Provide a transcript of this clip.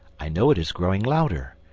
i know it is growing louder,